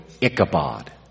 Ichabod